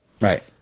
Right